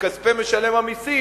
בכספי משלם המסים